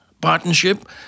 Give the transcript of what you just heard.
partnership